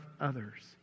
others